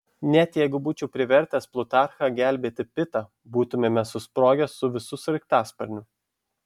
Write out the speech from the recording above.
net jeigu būčiau privertęs plutarchą gelbėti pitą būtumėme susprogę su visu sraigtasparniu